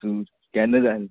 तूं केन्ना जाय